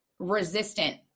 resistant